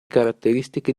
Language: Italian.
caratteristiche